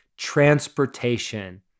Transportation